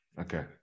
Okay